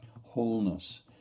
Wholeness